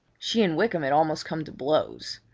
she and wykham had almost come to blows.